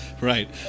Right